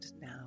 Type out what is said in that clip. now